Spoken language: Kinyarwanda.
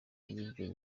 y’ibyo